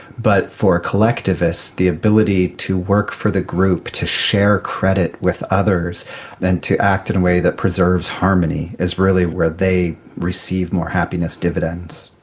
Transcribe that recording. but for a collectivist the ability to work for the group, to share credit with others and to act in a way that preserves harmony is really where they receive more happiness dividends.